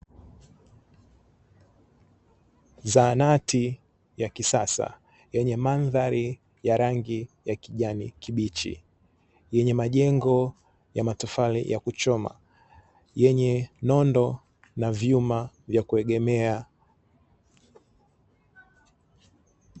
Zahanati ya kisasa yenye mandhari ya rangi ya kijani kibichi, yenye majengo ya matofali ya kuchoma, yenye nondo na vyuma vya kuegemea.